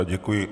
Děkuji.